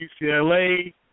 UCLA